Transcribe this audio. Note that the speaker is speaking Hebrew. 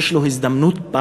יש לו הזדמנות פז